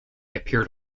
appeared